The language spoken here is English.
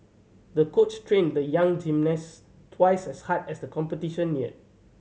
the coach trained the young gymnast twice as hard as the competition neared